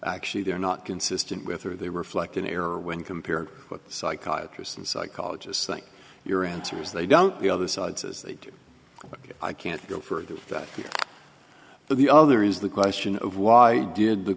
actually they're not consistent with or they reflect an error when compared with psychiatry some psychologists think your answer is they don't the other side says they do but i can't go further than the other is the question of why did the